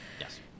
Yes